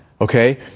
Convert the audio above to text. okay